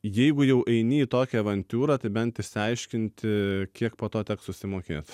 jeigu jau eini į tokią avantiūrą tai bent išsiaiškinti kiek po to teks susimokėt